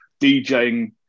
DJing